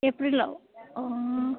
एप्रिलाव अह